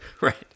right